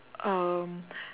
um